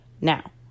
Now